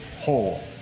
whole